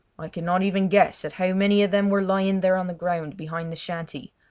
i could not even guess at how many of them were lying there on the ground behind the shanty,